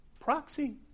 proxy